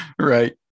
right